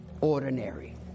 ordinary